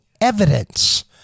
evidence